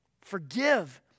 Forgive